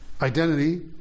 identity